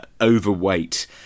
overweight